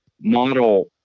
model